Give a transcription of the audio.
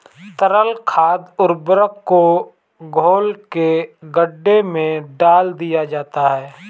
तरल खाद उर्वरक को घोल के गड्ढे में डाल दिया जाता है